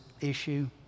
issue